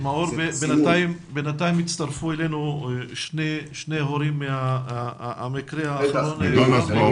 בינתיים הצטרפו אלינו שני הורים מהמקרה ברמלה.